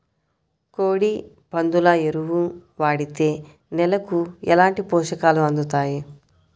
కోడి, పందుల ఎరువు వాడితే నేలకు ఎలాంటి పోషకాలు అందుతాయి